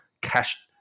cash –